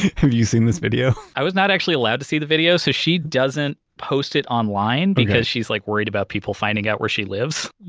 have you seen this video? i was not actually allowed to see the video, so she doesn't post it online because she's like worried about people finding out where she lives.